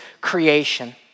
creation